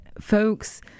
folks